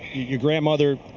your grandmother,